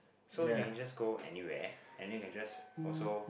so you can just go anywhere and then you can just also